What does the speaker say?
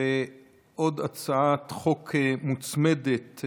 עוד הצעת חוק מוצמדת,